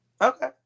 Okay